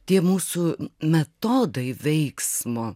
tie mūsų metodai veiksmo